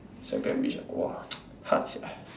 second wish ah !wah! hard sia